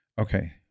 Okay